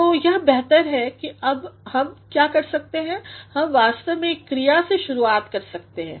तो यह बेहतर है और अब हम क्या कर सकते हैं कि हम वास्तव में एक क्रिया से शुरुआत कर सकते हैं